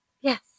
Yes